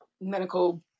medical